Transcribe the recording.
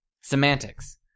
Semantics